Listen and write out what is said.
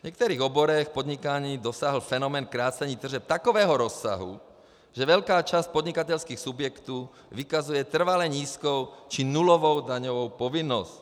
V některých oborech podnikání dosáhl fenomén krácení tržeb takového rozsahu, že velká část podnikatelských subjektů vykazuje trvale nízkou či nulovou daňovou povinnost.